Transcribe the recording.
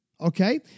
Okay